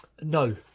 No